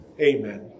Amen